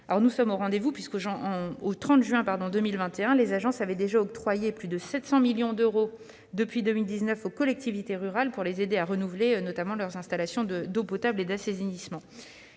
Nous sommes au rendez-vous, puisque le 30 juin 2021, les agences avaient déjà octroyé plus de 700 millions d'euros, depuis 2019, aux collectivités rurales pour les aider à renouveler leurs installations d'eau potable et d'assainissement.